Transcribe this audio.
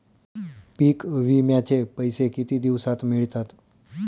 पीक विम्याचे पैसे किती दिवसात मिळतात?